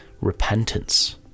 repentance